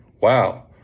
Wow